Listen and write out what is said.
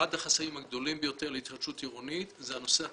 אחד החסמים הגדולים ביותר להתחדשות עירונית זה הנושא התחבורתי.